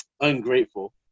ungrateful